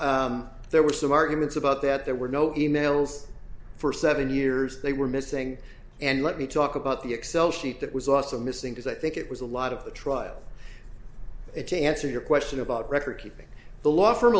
well there were some arguments about that there were no e mails for seven years they were missing and let me talk about the excel sheet that was also missing because i think it was a lot of the trial it to answer your question about record keeping the law firm